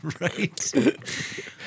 Right